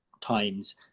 times